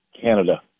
Canada